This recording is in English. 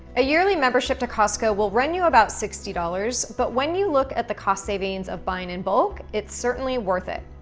a yearly membership to costco will run you about sixty dollars but when you look at the cost savings of buying in bulk, it's certainly worth it.